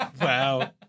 Wow